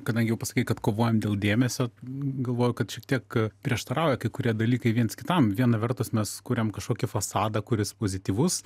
kadangi jau pasakei kad kovojam dėl dėmesio galvojau kad šiek tiek prieštarauja kai kurie dalykai viens kitam viena vertus mes kuriam kažkokį fasadą kuris pozityvus